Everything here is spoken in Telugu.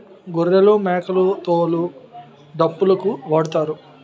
గొర్రెలమేకల తోలు డప్పులుకు వాడుతారు